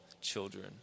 children